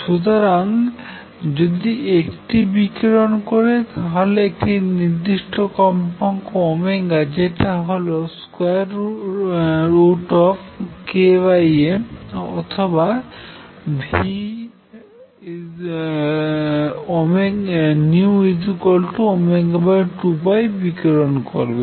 সুতরাং যদি এটি বিকিরন করে তাহলে এটি নির্দিষ্ট কম্পাঙ্ক যেটা হল √ অথবা ν2π বিকিরন করবে